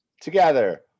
Together